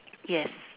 yes